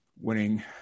winning